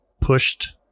pushed